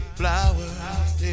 flowers